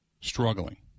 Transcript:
struggling